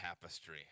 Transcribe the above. tapestry